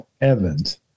Evans